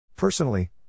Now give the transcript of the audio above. Personally